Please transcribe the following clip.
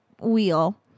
wheel